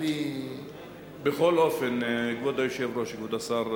בכל אופן, כבוד היושב-ראש, כבוד השר,